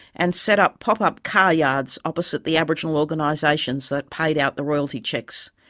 and set up pop-up car yards opposite the aboriginal organisations that paid out the royalty cheques.